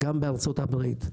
גם בארצות הברית.